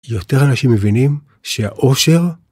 יותר אנשים מבינים שהאושר